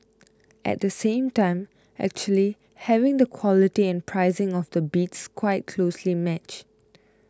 at the same time actually having the quality and pricing of the bids quite closely matched